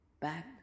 back